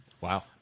Wow